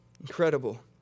Incredible